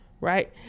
Right